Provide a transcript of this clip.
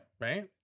Right